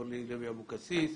אורלי לוי אבקסיס,